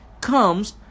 comes